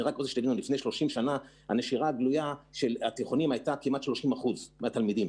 לפני 30 שנה הנשירה הגלויה בתיכונים הייתה כמעט 30% מהתלמידים,